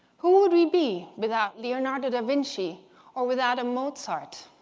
who would we be without leonardo da vinci or without a mozart?